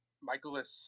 Michaelis